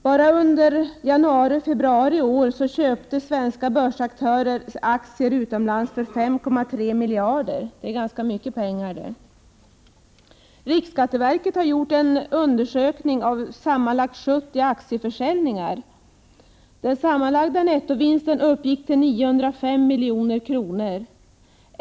Bara under januari och februari månad i år köpte svenska börsaktörer aktier utomlands för 5,3 miljarder. Det är ganska mycket pengar. Riksskatteverket har gjort en undersökning av sammanlagt 70 aktieförsäljningar. Den sammanlagda nettovinsten uppgick till 905 milj.kr.